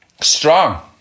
strong